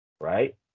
right